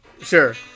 sure